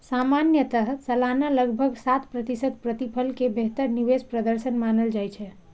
सामान्यतः सालाना लगभग सात प्रतिशत प्रतिफल कें बेहतर निवेश प्रदर्शन मानल जाइ छै